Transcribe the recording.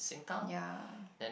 ya